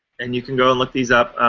and you can go and look these up.